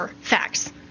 facts